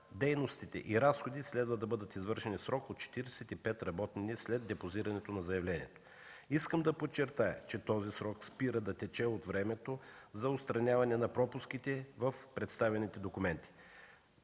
дейностите и разходите следва да бъдат извършени в срок от 45 работни дни след депозирането на заявлението. Искам да подчертая, че този срок спира да тече от времето за отстраняване на пропуските в представените документи.